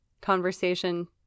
conversation